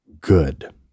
good